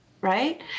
right